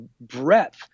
breadth